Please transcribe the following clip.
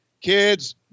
Kids